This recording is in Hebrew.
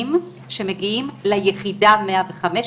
אירועים שמגיעים ליחידה 105,